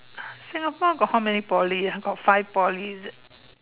Singapore got how many Poly ah got five Poly is it